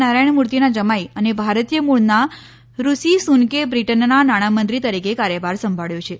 નારાયણ મૂર્તિના જમાઈ અને ભારતીય મૂળના ઋષિ સુનકે બ્રિટનના નાણામંત્રી તરીકે કાર્યભાર સંભાળ્યો છે